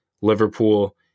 Liverpool